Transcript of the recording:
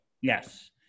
Yes